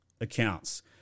accounts